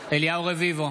אליהו רביבו,